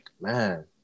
man